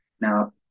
Now